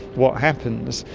what happens?